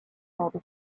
called